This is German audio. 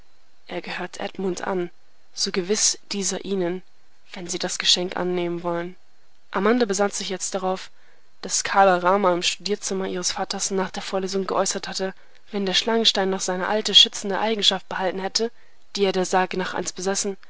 er gehört edmund an so gewiß wie dieser ihnen wenn sie das geschenk annehmen wollen amanda besann sich jetzt darauf daß kala rama im studierzimmer ihres vaters nach der vorlesung geäußert hatte wenn der schlangenstein noch seine alte schützende eigenschaft behalten hätte die er der sage nach einst besessen